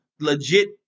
legit